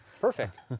Perfect